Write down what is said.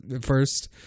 first